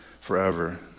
forever